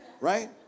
right